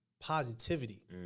Positivity